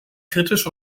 kritisch